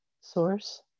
source